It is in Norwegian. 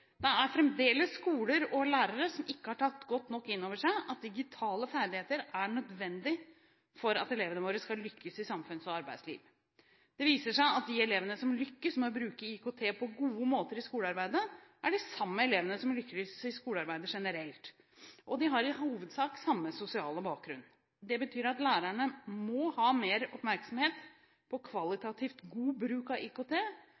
er det fremdeles skoler og lærere som ikke har tatt godt nok inn over seg at digitale ferdigheter er nødvendig for at elevene våre skal lykkes i samfunns- og arbeidsliv. Det viser seg at de elevene som lykkes med å bruke IKT på gode måter i skolearbeidet, er de samme elevene som lykkes i skolearbeidet generelt, og de har i hovedsak samme sosiale bakgrunn. Det betyr at lærerne må ha mer oppmerksomhet på kvalitativt god bruk av IKT